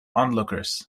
onlookers